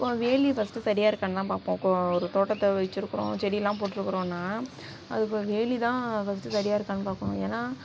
இப்போது வேலி ஃபஸ்ட்டு சரியாக இருக்கான்னுதான் பார்ப்போம் கோ ஒரு தோட்டத்தை வச்சிருக்கிறோம் செடிலாம் போட்டிருக்கறோனா அதுக்கு வேலிதான் ஃபஸ்ட்டு சரியாக இருக்கானு பார்க்கணும் ஏன்னா